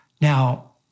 Now